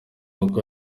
uko